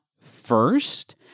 first